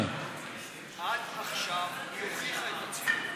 עד עכשיו היא הוכיחה את עצמה.